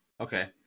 Okay